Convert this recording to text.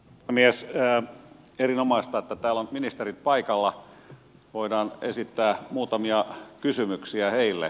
erinomaista että täällä on ministerit paikalla voidaan esittää muutamia kysymyksiä heille